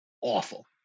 awful